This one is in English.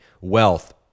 wealth